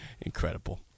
Incredible